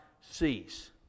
cease